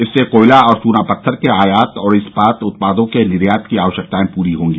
इससे कोयला और चूना पत्थर के आयात और इस्पात उत्पादों के निर्यात की आवश्यकताएं पूरी होंगी